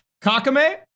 Kakame